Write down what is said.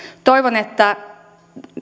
toivon että